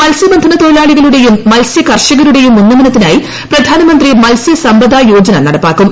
മത്സ്യബന്ധന തൊഴിലാളികളുടേയും മത്സ്യ കർഷകരുടേയും ഉന്നമനത്തിനായി പ്രധാനമന്ത്രി മത്സൃ സമ്പദാ യോജന നടപ്പാക്കും